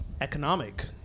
economic